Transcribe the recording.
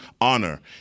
honor